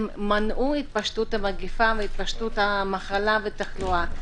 מנעו התפשטות המגפה והתפשטות המחלה והתחלואה.